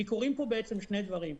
כי קורים פה בעצם שני דברים.